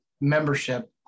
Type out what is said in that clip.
membership